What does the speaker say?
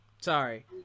sorry